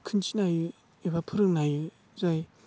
खोन्थिनो हायो एबा फोरोंनो हायो जाय